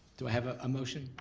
do i have a motion?